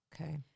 Okay